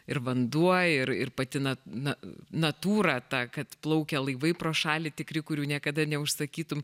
ir vanduo ir ir pati na na natūra ta kad plaukia laivai pro šalį tikri kurių niekada neužsakytum